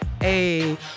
Hey